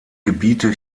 gebiete